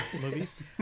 movies